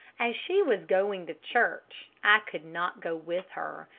as she was going to church, i could not go with her,